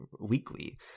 weekly